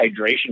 hydration